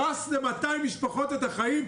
הרס ל-200 משפחות את החיים,